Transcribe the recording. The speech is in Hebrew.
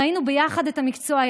ראינו ביחד את המקצוע,